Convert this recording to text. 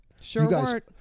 Sure